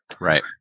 right